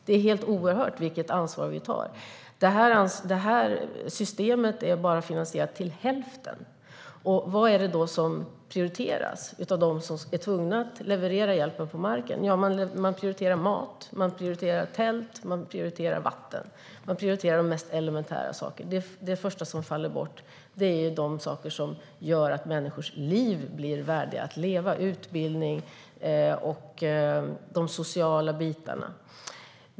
Det är helt oerhört vilket ansvar vi tar. Systemet är bara finansierat till hälften. Vad är det då som prioriteras av dem som är tvungna att leverera hjälpen på marken? Jo, man prioriterar mat, man prioriterar tält och man prioriterar vatten. Man prioriterar de mest elementära sakerna. Det första som faller bort är sådant som gör människors liv värdiga, till exempel utbildning och de sociala bitarna.